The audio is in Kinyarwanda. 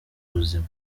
ubuzima